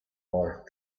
are